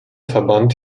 verband